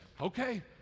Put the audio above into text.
Okay